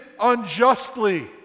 unjustly